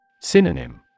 Synonym